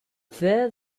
there